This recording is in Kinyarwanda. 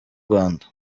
rwanda